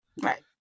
Right